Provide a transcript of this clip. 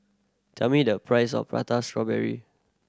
tell me the price of Prata Strawberry